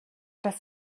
das